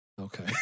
Okay